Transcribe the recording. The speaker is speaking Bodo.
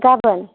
गाबोन